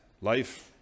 Life